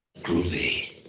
groovy